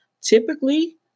Typically